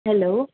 hello